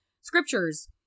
scriptures